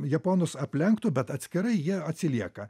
japonus aplenktų bet atskirai jie atsilieka